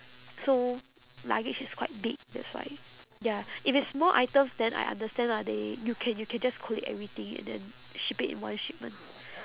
so luggage is quite big that's why ya if it's small items then I understand lah they you can you can just collate everything and then ship it in one shipment